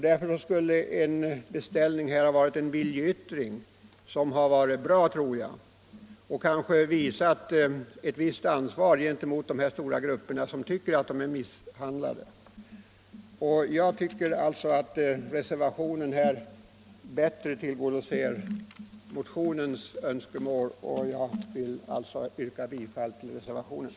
Därför skulle en beställning nu ha varit en positiv viljeyttring, som kunde ha visat att vi känner ett visst ansvar gentemot de stora grupper som tycker att de är misshandlade. Jag anser att reservationen bättre tillgodoser motionens önskemål, och jag ber därför att få yrka bifall till densamma.